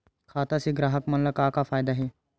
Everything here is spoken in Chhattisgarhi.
खाता से ग्राहक मन ला का फ़ायदा हे?